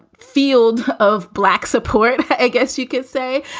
field of black support. i guess you could say.